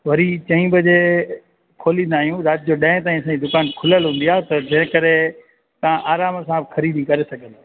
वरी चईं बजे खोलींदा आहियूं राति जो ॾह ताईं असांजी दुकानु खुलियल हूंदी आहे त जंहिं करे तव्हां आराम सां ख़रीदी करे सघो